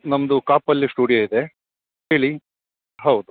ನಮ್ಮದು ಕಾಪಲ್ಲಿ ಸ್ಟುಡಿಯೋ ಇದೆ ಹೇಳೀ ಹೌದು